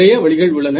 நிறைய வழிகள் உள்ளன